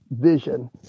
vision